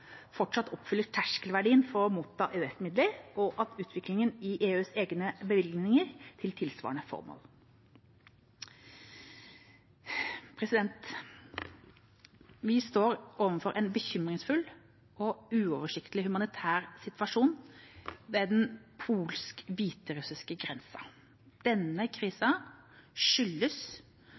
fortsatt oppfyller terskelverdien for å motta EØS-midler og utviklingen i EUs egne bevilgninger til tilsvarende formål. Vi står overfor en bekymringsfull og uoversiktlig humanitær situasjon ved den polsk-hviterussiske grensen. Denne krisen skyldes